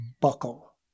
buckle